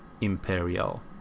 Imperial